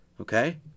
okay